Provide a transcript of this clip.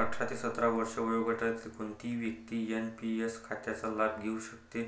अठरा ते सत्तर वर्षे वयोगटातील कोणतीही व्यक्ती एन.पी.एस खात्याचा लाभ घेऊ शकते,